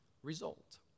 result